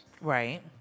Right